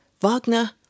Wagner